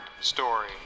story